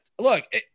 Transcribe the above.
Look